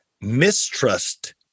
mistrust